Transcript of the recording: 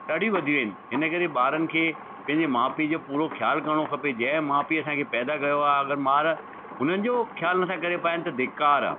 ॾाढी वधी वेयूं आहिनि इनकरे ॿारनि खे पंहिंजे माउ पीउ जो पूरो ख़्यालु करिणो खपे जंहिं माउ पीउ असांखे पैदा कयो आहे अगरि ॿार हुननि जो ख़्यालु नथा करे पाइनि त धिक्कार आहे